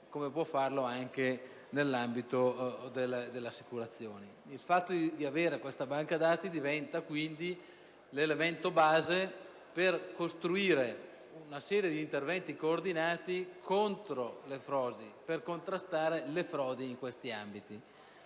così come nell'ambito delle assicurazioni. Avere questa banca dati diventa quindi l'elemento base per costruire una serie di interventi coordinati finalizzati a contrastare le frodi in questi ambiti.